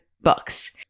books